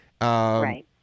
Right